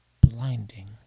blinding